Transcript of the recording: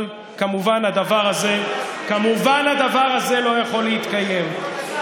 אבל הדבר הזה לא יכול להתקיים, כמובן.